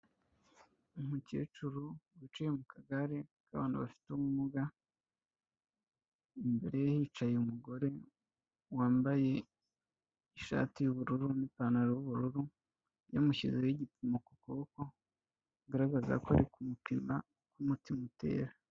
Umukecuru wicaye mu kagare k'abantu bafite ubumuga, imbere ye hicaye umugore wambaye ishati y'ubururu n'ipantaro y'ubururu, yamushyizeho igipimo ku kuboko kugaragaza ko arikumupina uko umutima utera.